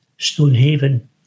Stonehaven